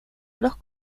los